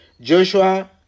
Joshua